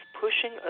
pushing